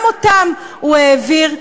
גם אותן הוא העביר,